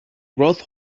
growth